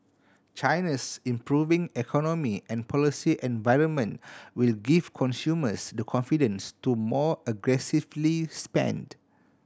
China's improving economy and policy environment will give consumers the confidence to more aggressively spend